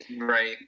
right